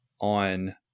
on